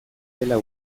dela